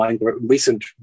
recent